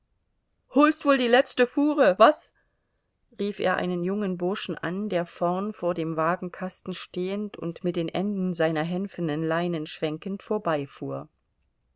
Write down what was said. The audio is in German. holst wohl die letzte fuhre was rief er einen jungen burschen an der vorn vor dem wagenkasten stehend und mit den enden seiner hänfenen leinen schwenkend vorbeifuhr